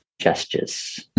gestures